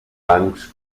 bancs